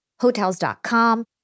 Hotels.com